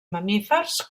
mamífers